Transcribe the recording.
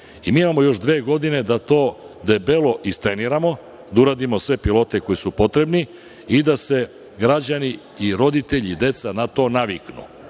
imamo još dve godine da to debelo istreniramo, da uradim sve pilote koji su potrebni i da se građani i roditelji i deca na to naviknu.